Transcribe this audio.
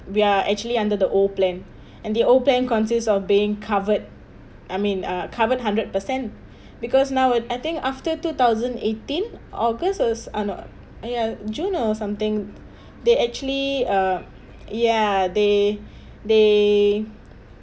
we are actually under the old plan and the old plan consists of being covered I mean uh covered hundred percent because now I think after two thousand eighteen august was ah not ya june or something they actually uh ya they they